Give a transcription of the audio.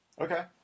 Okay